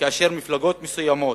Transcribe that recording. כאשר מפלגות מסוימות,